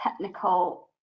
technical